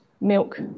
milk